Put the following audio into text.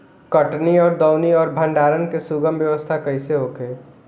कटनी और दौनी और भंडारण के सुगम व्यवस्था कईसे होखे?